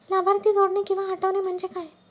लाभार्थी जोडणे किंवा हटवणे, म्हणजे काय?